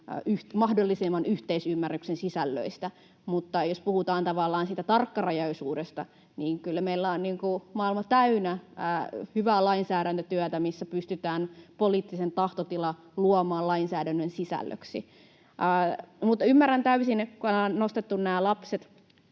mahdollisimman laajan yhteisymmärryksen sisällöistä, mutta jos puhutaan siitä tarkkarajaisuudesta, niin kyllä meillä on maailma täynnä hyvää lainsäädäntötyötä, missä pystytään poliittinen tahtotila luomaan lainsäädännön sisällöksi. Ymmärrän täysin, että ollaan nostettu lapset,